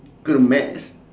good at maths